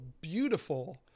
beautiful